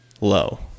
low